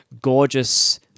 gorgeous